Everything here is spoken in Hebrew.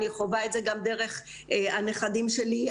אני חווה את זה גם דרך הנכדים שלי.